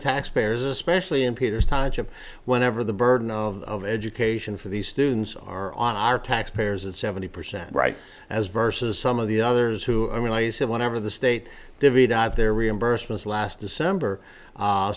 taxpayers especially in peter's time whenever the burden of education for these students are on our taxpayers at seventy percent right as versus some of the others who i mean i said whenever the state divvied out their reimbursements last december